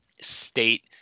state